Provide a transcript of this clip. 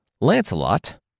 Lancelot